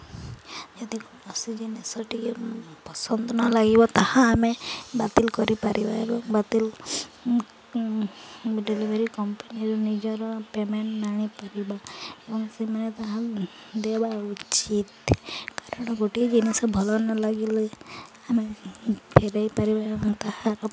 ଯଦି କୌଣସି ଜିନିଷଟିଏ ମୁଁ ପସନ୍ଦ ନ ଲାଗିବ ତାହା ଆମେ ବାତିଲ କରିପାରିବା ଏବଂ ବାତିଲ ଡେଲିଭରି କମ୍ପାନୀରେ ନିଜର ପେମେଣ୍ଟ୍ ଆଣିପାରିବା ଏବଂ ସେମାନେ ତାହା ଦେବା ଉଚିତ୍ କାରଣ ଗୋଟିଏ ଜିନିଷ ଭଲ ନ ଲାଗିଲେ ଆମେ ଫେରାଇ ପାରିବା ଏବଂ ତାହାର